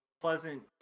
pleasant